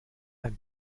ein